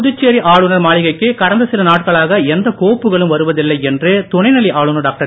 புதுச்சேரி ஆளுனர் மாளிகைக்கு கடந்த சில நாட்களாக எந்த கோப்புக்களும் வருவதில்லை என்று துணைநிலை டாக்டர்